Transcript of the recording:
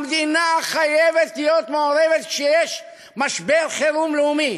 המדינה חייבת להיות מעורבת כשיש משבר חירום לאומי.